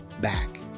back